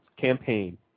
campaign